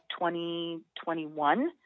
2021